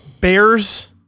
bears